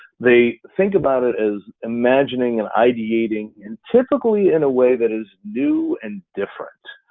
they think about it is imagining and ideating and typically in a way that is new and different.